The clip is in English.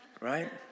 right